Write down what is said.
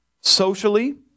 socially